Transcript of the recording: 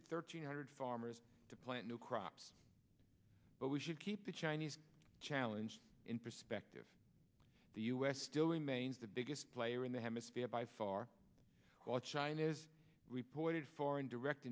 d thirteen hundred farmers to plant new crops but we should keep the chinese challenge in perspective the u s still remains the biggest player in the hemisphere by far all china has reported foreign direct